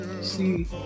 see